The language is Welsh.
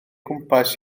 gwmpas